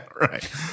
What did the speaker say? Right